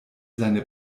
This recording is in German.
seine